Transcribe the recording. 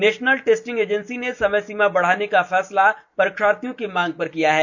national testing agency ने समय सीमा बढ़ाने का फैसला परीक्षार्थियों की मांग पर किया है